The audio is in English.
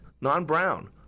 non-brown